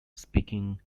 speaking